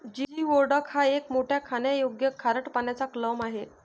geoduck हा एक मोठा खाण्यायोग्य खारट पाण्याचा क्लॅम आहे